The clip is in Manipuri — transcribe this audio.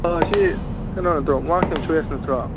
ꯁꯤ ꯀꯩꯅꯣꯗꯣ ꯃꯣꯏꯔꯥꯡꯊꯦꯝ ꯁꯨꯔꯦꯁ ꯅꯠꯇ꯭ꯔꯣ